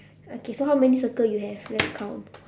okay so how many circle you have let's count